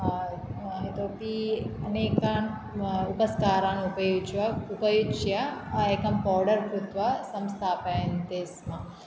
इतोपि अनेकान् उपस्कारान् उपयुज्य उपयुज्य एकं पौडर् कृत्वा संस्थापयन्ति स्म